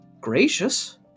gracious